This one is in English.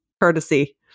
courtesy